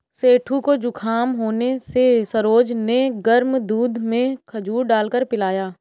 सेठू को जुखाम होने से सरोज ने गर्म दूध में खजूर डालकर पिलाया